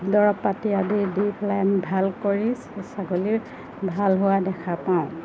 দৰৱ পাতি আদি দি পেলাই আমি ভাল কৰি ছাগলীৰ ভাল হোৱা দেখা পাওঁ